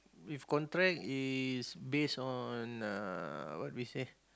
if contract is based on uh what we say